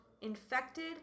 infected